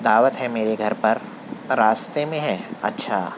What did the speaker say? دعوت ہے میرے گھر پر راستے میں ہیں اچھا